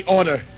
order